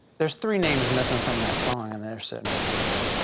there's three names missing from that song and they're sitting right here.